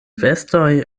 vestoj